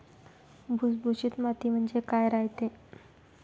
भुसभुशीत माती म्हणजे काय रायते?